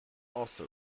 also